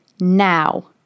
Now